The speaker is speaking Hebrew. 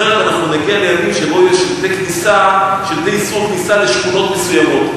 אחרת אנחנו נגיע לימים שבהם יהיו שלטים של איסור כניסה לשכונות מסוימות,